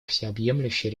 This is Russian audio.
всеобъемлющей